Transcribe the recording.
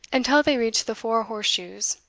until they reached the four horse-shoes,